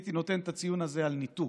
הייתי נותן את הציון הזה על ניתוק,